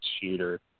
shooter